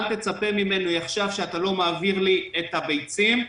אל תצפה ממני עכשיו כשאתה לא מעביר לי את הביצים,